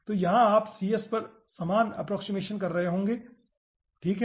तो यहाँ आप पर समान अप्प्रोक्सिमेशन कर रहे होंगे ठीक है